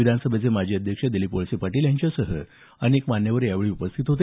विधानसभेचे माजी अध्यक्ष दिलीप वळसे पाटील यांच्यासह अनेक मान्यवर यावेळी उपस्थित होते